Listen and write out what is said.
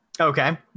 Okay